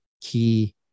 key